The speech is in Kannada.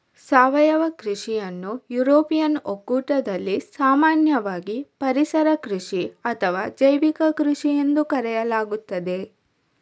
ಸಾವಯವ ಕೃಷಿಯನ್ನು ಯುರೋಪಿಯನ್ ಒಕ್ಕೂಟದಲ್ಲಿ ಸಾಮಾನ್ಯವಾಗಿ ಪರಿಸರ ಕೃಷಿ ಅಥವಾ ಜೈವಿಕ ಕೃಷಿಎಂದು ಕರೆಯಲಾಗುತ್ತದೆ